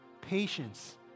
patience